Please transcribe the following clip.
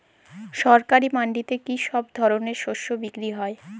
সরকারি মান্ডিতে কি সব ধরনের শস্য বিক্রি হয়?